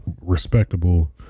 respectable